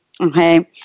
Okay